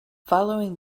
following